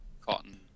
cotton